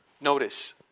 Notice